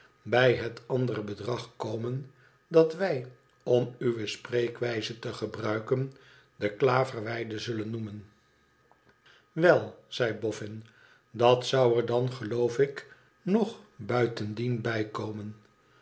bij het andere bedrag komen dat wij om uwe spreekwijze te gebruiken de klaverweide zullen noemen wel zei boffin dat zou er dan geloof ik nog buitendien bijkomen